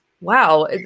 wow